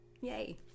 Yay